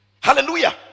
Hallelujah